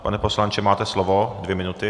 Pane poslanče, máte slovo, dvě minuty.